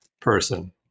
person